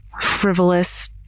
frivolous